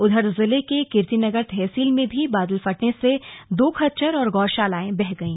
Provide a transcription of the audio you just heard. उधर जिले के कीर्तिनगर तहसील में भी बादल फटने से दो खच्चर और गौशालाएं बह गई